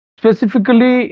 specifically